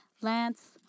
Lance